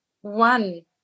One